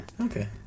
Okay